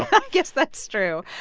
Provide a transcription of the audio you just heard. i guess that's true.